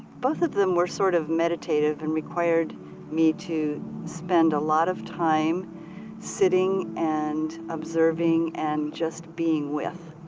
both of them were sort of meditative and required me to spend a lot of time sitting and observing and just being with.